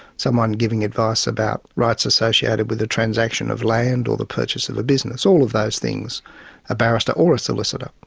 someone giving advice about rights associated with a transaction of land, or the of a business, all of those things a barrister or a solicitor,